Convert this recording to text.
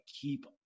keep